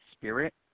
spirit